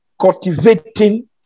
cultivating